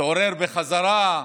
התעורר בחזרה,